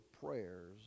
prayers